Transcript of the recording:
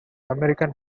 american